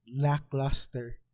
lackluster